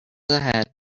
ahead